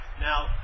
Now